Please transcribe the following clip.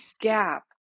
gap